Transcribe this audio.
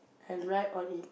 and ride on it